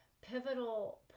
pivotal